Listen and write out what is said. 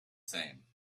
same